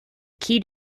key